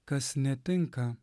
kas netinka